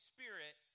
Spirit